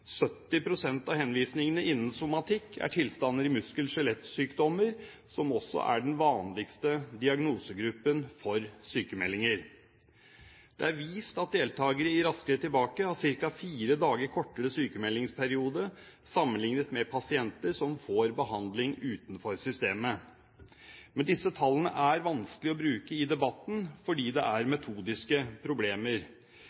av henvisningene innen somatikk gjelder tilstander i muskel-skjelettsystemet, som også er den vanligste diagnosegruppen for sykmeldinger. Det er vist at deltakere i Raskere tilbake har ca. fire dager kortere sykmeldingsperiode sammenlignet med pasienter som får behandling utenfor systemet. Men disse tallene er det vanskelig å bruke i debatten, fordi det er